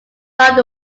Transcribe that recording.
part